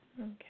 Okay